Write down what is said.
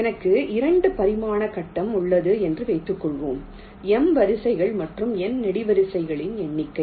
எனக்கு 2 பரிமாண கட்டம் உள்ளது என்று வைத்துக்கொள்வோம் M வரிசைகள் மற்றும் N நெடுவரிசைகளின் எண்ணிக்கை